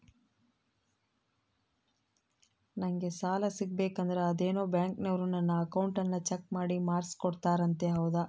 ನಂಗೆ ಸಾಲ ಸಿಗಬೇಕಂದರ ಅದೇನೋ ಬ್ಯಾಂಕನವರು ನನ್ನ ಅಕೌಂಟನ್ನ ಚೆಕ್ ಮಾಡಿ ಮಾರ್ಕ್ಸ್ ಕೊಡ್ತಾರಂತೆ ಹೌದಾ?